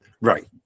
Right